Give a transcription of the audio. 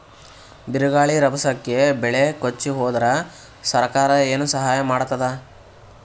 ಬಿರುಗಾಳಿ ರಭಸಕ್ಕೆ ಬೆಳೆ ಕೊಚ್ಚಿಹೋದರ ಸರಕಾರ ಏನು ಸಹಾಯ ಮಾಡತ್ತದ?